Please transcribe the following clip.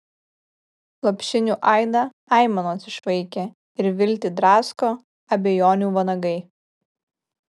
lopšinių aidą aimanos išvaikė ir viltį drasko abejonių vanagai